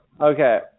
Okay